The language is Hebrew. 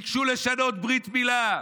ביקשו לשנות ברית מילה,